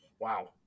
Wow